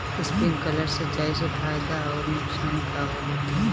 Sprinkler सिंचाई से फायदा अउर नुकसान का होला?